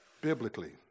biblically